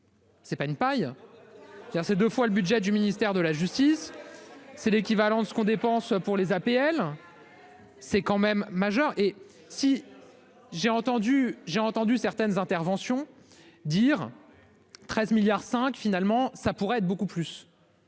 Est pas une paille. C'est-à-dire c'est 2 fois le budget du ministère de la justice. C'est l'équivalent de ce qu'on dépense pour les APL. C'est quand même majeur et si j'ai entendu, j'ai entendu certaines interventions dire. 13 milliards cinq finalement ça pourrait être beaucoup plus.